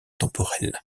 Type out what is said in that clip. temporel